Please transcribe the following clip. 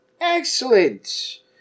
Excellent